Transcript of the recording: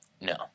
no